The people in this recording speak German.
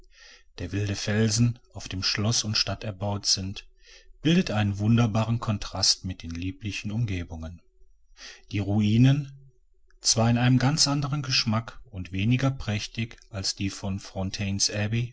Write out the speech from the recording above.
der wilde fels auf dem schloß und stadt erbaut sind bildet einen wunderbaren kontrast mit den lieblichen umgebungen die ruinen zwar in einem ganz anderen geschmack und weniger prächtig als die von